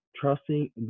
trusting